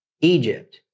egypt